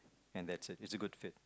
and that's it it's a good fit